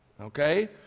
Okay